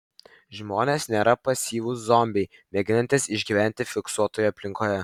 žmonės nėra pasyvūs zombiai mėginantys išgyventi fiksuotoje aplinkoje